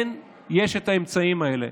כן, יש את האמצעים האלה,